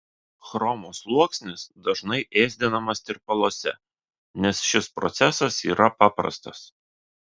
chromo sluoksnis dažnai ėsdinamas tirpaluose nes šis procesas yra paprastas